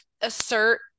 assert